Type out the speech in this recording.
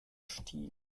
stil